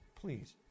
please